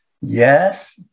Yes